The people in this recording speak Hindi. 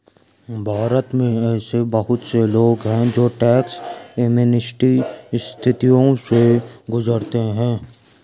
भारत में ऐसे बहुत से लोग हैं जो टैक्स एमनेस्टी स्थितियों से गुजरते हैं